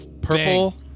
Purple